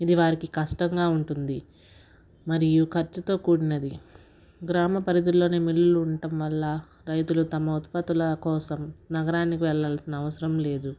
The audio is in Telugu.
ఇది వారికి కష్టంగా ఉంటుంది మరియు ఖర్చుతో కూడినది గ్రామ పరిధిలోనే మిల్లులు ఉండటంవల్ల రైతులు తమ ఉత్పత్తుల కోసం నగరానికి వెళ్ళవలసిన అవసరం లేదు